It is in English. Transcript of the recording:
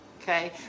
okay